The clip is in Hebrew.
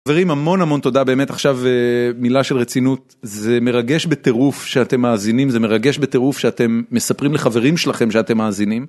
חברים המון המון תודה באמת עכשיו מילה של רצינות זה מרגש בטירוף שאתם מאזינים זה מרגש בטירוף שאתם מספרים לחברים שלכם שאתם מאזינים.